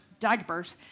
Dagbert